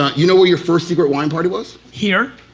um you know where your first secret wine party was? here.